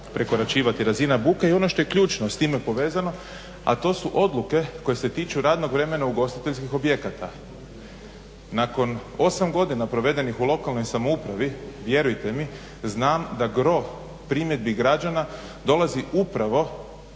prekoračivati razina buke i ono što je ključno s time povezano a to su odluke koje se tiču radnog vremena ugostiteljskih objekata. Nakon 8 godina provedenih u lokalnoj samoupravi vjerujte mi znam da gro primjedbi građana dolazi upravo